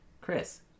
Chris